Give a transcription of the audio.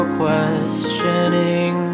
questioning